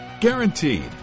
Guaranteed